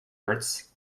hurts